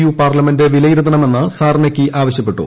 U parliament വിലയിരുത്തണമെന്ന് Czarnecki ആവശ്യപ്പെട്ടു